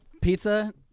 Pizza